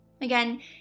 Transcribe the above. Again